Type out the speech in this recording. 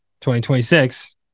2026